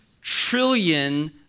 trillion